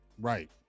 right